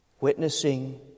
witnessing